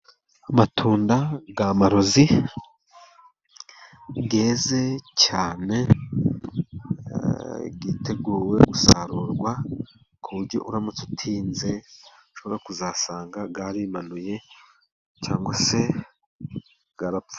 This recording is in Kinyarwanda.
Amatunda yamarozi yeze cyane yiteguye gusarurwa, kuburyo uramutse utinze ushobora kuzasanga yarimanuye cyangwa se yarapfuye.